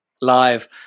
live